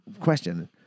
question